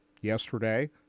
yesterday